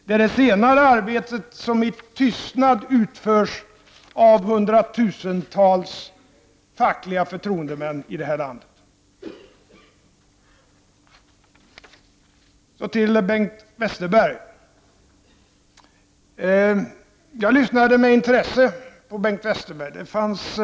Det är detta senare arbete som utförs i tysthet av hundratusentals fackliga förtroendemän i detta land. Jag lyssnade med intresse på Bengt Westerbergs anförande.